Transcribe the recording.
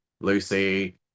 Lucy